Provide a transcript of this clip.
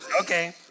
Okay